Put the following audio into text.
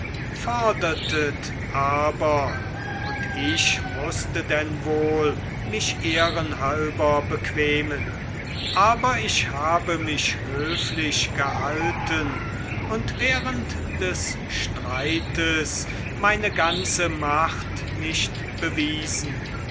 fordertet aber und ich mußte denn wohl mich ehrenhalber bequemen aber ich habe mich höflich gehalten und während des streites meine ganze macht nicht bewiesen